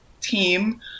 team